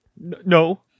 No